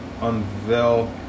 unveil